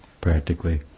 practically